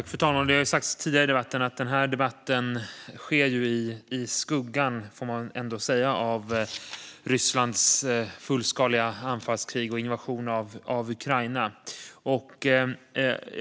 Fru talman! Det har ju sagts tidigare i debatten att denna debatt sker i skuggan av Rysslands fullskaliga anfallskrig mot och invasion av Ukraina.